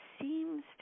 seems